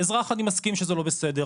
כאזרח אני מסכים שזה לא בסדר,